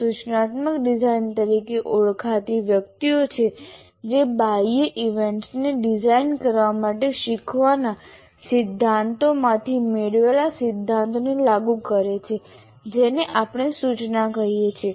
સૂચનાત્મક ડિઝાઇનર તરીકે ઓળખાતી વ્યક્તિઓ છે જે બાહ્ય ઇવેન્ટ્સને ડિઝાઇન કરવા માટે શીખવાના સિદ્ધાંતોમાંથી મેળવેલા સિદ્ધાંતોને લાગુ કરે છે જેને આપણે સૂચના કહીએ છીએ